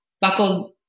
buckled